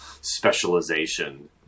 specialization